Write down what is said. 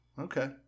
Okay